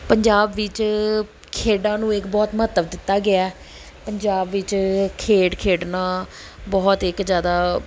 ਪੰਜਾਬ ਵਿੱਚ ਖੇਡਾਂ ਨੂੰ ਇੱਕ ਬਹੁਤ ਮਹੱਤਵ ਦਿੱਤਾ ਗਿਆ ਪੰਜਾਬ ਵਿੱਚ ਖੇਡ ਖੇਡਣਾ ਬਹੁਤ ਇੱਕ ਜ਼ਿਆਦਾ